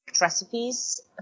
recipes